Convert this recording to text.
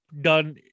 done